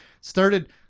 started